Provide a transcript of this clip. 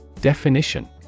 Definition